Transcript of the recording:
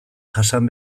jasan